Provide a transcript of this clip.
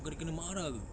bukan dia kena marah ke